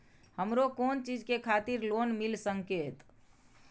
हमरो कोन चीज के खातिर लोन मिल संकेत?